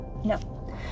No